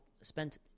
spent